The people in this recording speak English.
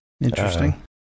Interesting